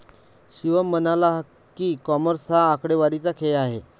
शिवम म्हणाला की, कॉमर्स हा आकडेवारीचा खेळ आहे